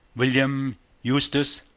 william eustis,